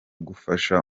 gufasha